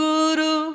Guru